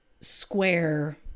square